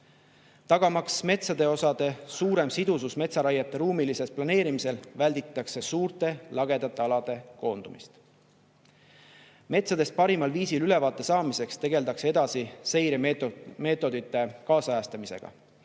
Tagamaks metsade osade suurem sidusus metsaraiete ruumilisel planeerimisel välditakse suurte lagedate alade koondumist. Metsadest parimal viisil ülevaate saamiseks tegeldakse edasi seiremeetodite ajakohastamisega.